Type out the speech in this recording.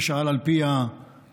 ששאל על פי התקנון,